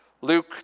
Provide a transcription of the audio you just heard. Luke